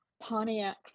Pontiac